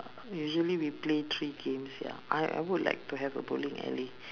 usually we play three games ya I I would like to have a bowling alley